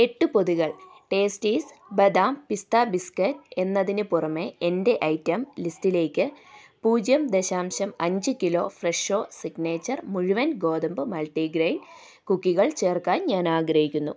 എട്ട് പൊതികൾ ടേസ്റ്റീസ് ബദാം പിസ്ത ബിസ്കറ്റ് എന്നതിന് പുറമെ എന്റെ ഐറ്റം ലിസ്റ്റിലേക്ക് പൂജ്യം ദശാംശം അഞ്ച് കിലോ ഫ്രെഷോ സിഗ്നേച്ചർ മുഴുവൻ ഗോതമ്പ് മൾട്ടിഗ്രെയിൻ കുക്കികൾ ചേർക്കാൻ ഞാൻ ആഗ്രഹിക്കുന്നു